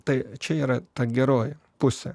tai čia yra ta geroji pusė